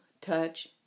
touch